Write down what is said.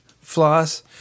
Floss